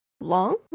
long